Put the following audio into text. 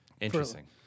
Interesting